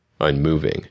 unmoving